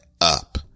up